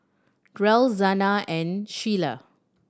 Derl Zana and Sheilah